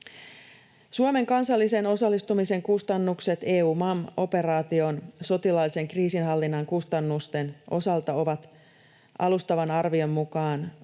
Suomen kansallisen osallistumisen kustannukset EUMAM-operaation sotilaallisen kriisinhallinnan kustannusten osalta ovat alustavan arvion mukaan